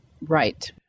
right